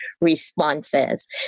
responses